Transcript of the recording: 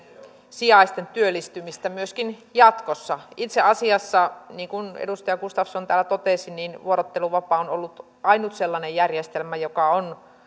sijaisten työllistymistä myöskin jatkossa itse asiassa niin kuin edustaja gustafsson täällä totesi vuorotteluvapaa on ollut ainut sellainen järjestelmä joka on